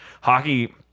hockey